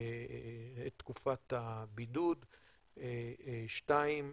את תקופת הבידוד; שתיים,